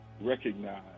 recognize